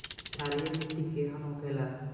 क्षारीय मिट्टी केहन होखेला?